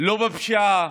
לא בפשיעה.